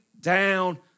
down